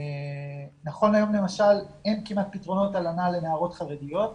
נכון להיום למשל אין כמעט פתרונות הלנה לנערות חרדיות.